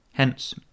Hence